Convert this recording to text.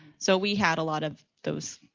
so we had a lot of those,